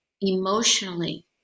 emotionally